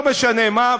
לא משנה מה,